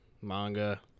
manga